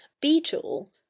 beetle